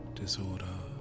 disorder